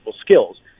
skills